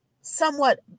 somewhat